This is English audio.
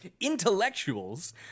intellectuals